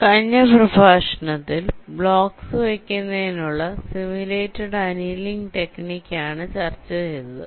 കഴിഞ്ഞ പ്രഭാഷണത്തിൽ ബ്ലോക്സ് വെക്കുന്നതിനുള്ള സിമുലേറ്റഡ് അനീലിങ് ടെക്നിക് ആണ് ചർച്ച ചെയ്തത്